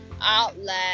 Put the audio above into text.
outlet